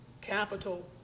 capital